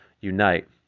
unite